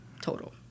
total